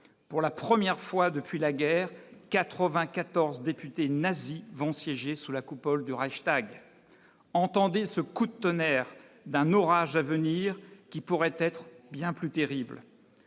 pour la première fois depuis la guerre 94 députés Nazis vont siéger sous la coupole du Reichstag, entendez ce coup de tonnerre d'un orage à venir qui pourrait être bien plus terribles